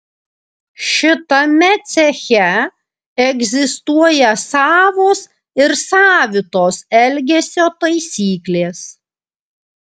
šitame ceche egzistuoja savos ir savitos elgesio taisyklės